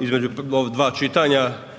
Između dva čitanja